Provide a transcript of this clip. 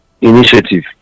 initiative